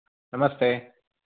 नमस्ते